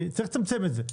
צריך לצמצם את זה,